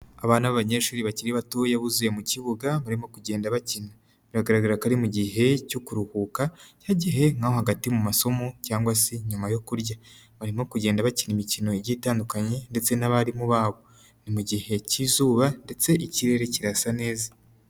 Abana b'abanyeshuri bakiri bato buzuye mu kibuga, barimo kugenda bakina, biragaragara ko ari mu gihe cyo kuruhuka, cyagiyehe nko hagati mu masomo cyangwa se nyuma yo kurya barimo kugenda bakina, imikino igiye itandukanye ndetse n'abarimu babo, ni mu gihe cy'izuba ndetse ikirere kirasa neza.